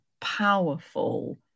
powerful